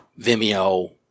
Vimeo